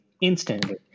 instantly